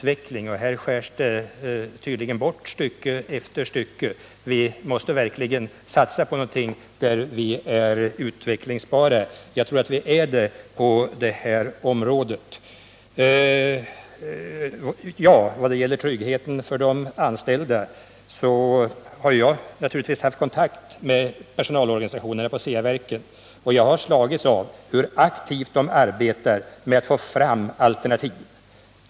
Som jag sade är det inte avveckling vi behöver, utan det är utveckling. Vi måste verkligen satsa på tillverkning inom sådana områden där vi är utvecklingsbara, och jag tror att vi är det på det här området. När det gäller frågan om tryggheten för de anställda har jag naturligtvis haft kontakt med personalorganisationerna på Ceaverken. Jag har då slagits av hur aktivt de arbetar med att få fram alternativa förslag till lösningar.